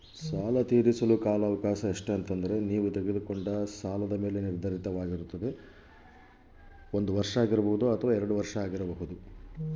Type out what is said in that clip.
ಸಾಲ ತೇರಿಸಲು ಕಾಲ ಅವಕಾಶ ಎಷ್ಟು?